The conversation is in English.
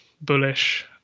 bullish